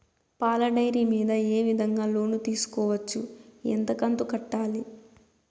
పాల డైరీ మీద ఏ విధంగా లోను తీసుకోవచ్చు? ఎంత కంతు కట్టాలి?